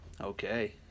Okay